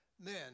men